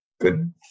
good